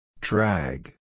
Drag